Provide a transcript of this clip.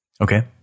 Okay